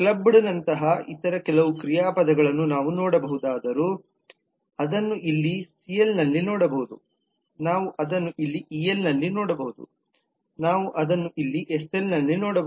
ಕ್ಲಬ್ಬ್ದ್ ನಂತಹ ಇತರ ಕೆಲವು ಕ್ರಿಯಾಪದಗಳನ್ನು ನಾವು ನೋಡಬಹುದಾದರೂ ಅದನ್ನು ಇಲ್ಲಿ ಸಿಎಲ್ನಲ್ಲಿ ನೋಡಬಹುದು ನಾವು ಅದನ್ನು ಇಲ್ಲಿ ಇಎಲ್ ನಲ್ಲಿ ನೋಡಬಹುದು ನಾವು ಅದನ್ನು ಇಲ್ಲಿ ಎಸಎಲ್ ನಲ್ಲಿ ನೋಡಬಹುದು